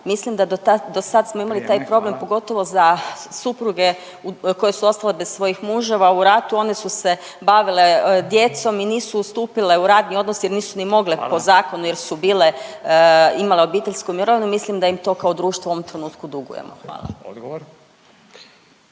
Radin: Vrijeme, hvala./… pogotovo za supruge koje su ostale bez svojih muževa u ratu one su se bavile djecom i nisu stupile u radni odnos jer nisu ni mogle po …/Upadica Radin: Hvala./… zakonu jer su bile imale obiteljsku mirovinu. Mislim da im to kao društvo u ovom trenutku dugujemo. Hvala.